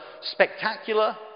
spectacular